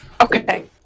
Okay